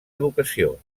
educació